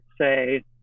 say